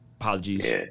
apologies